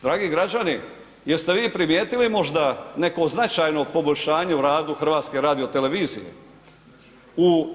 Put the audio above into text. Dragi građani, jeste vi primijetili neko značajno poboljšanje u radu HRT-a?